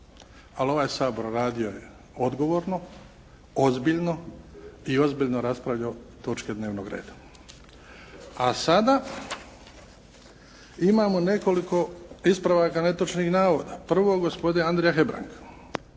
Ali ovaj Sabor radio je odgovorno, ozbiljno i ozbiljno raspravljao točke dnevnog reda. A sada imamo nekoliko ispravaka netočnih navoda. Prvo gospodin Andrija Hebrang.